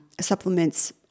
supplements